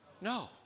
no